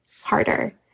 harder